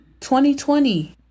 2020